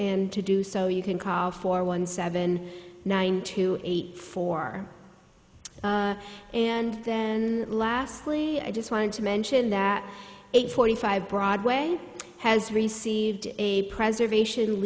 and to do so you can call for one seven nine to eight four and then lastly i just wanted to mention that eight forty five broadway has received a preservation